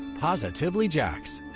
positively jax.